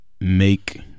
Make